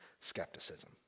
skepticism